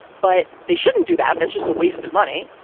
but they shouldn't do that. that's just a waste of money.